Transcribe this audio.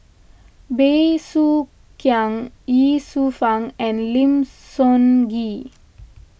Bey Soo Khiang Ye Shufang and Lim Sun Gee